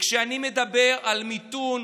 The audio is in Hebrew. וכשאני מדבר על מיתון,